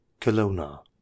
Kelowna